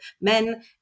men